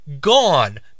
Gone